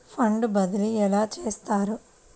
Fund బదిలీ ఎలా చేస్తారు?